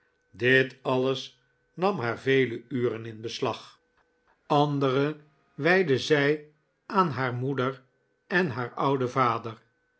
dit alles nam haar vele uren in beslag andere wijdde zij aan haar moeder en haar ouden vader